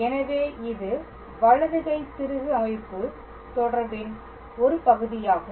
எனவே இது வலது கை திருகு அமைப்பு தொடர்பின் ஒரு பகுதியாகும்